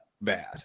bad